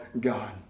God